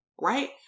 right